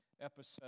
episode